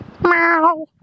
Meow